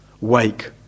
wake